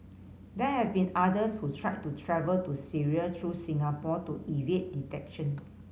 there have been others who tried to travel to Syria through Singapore to evade detection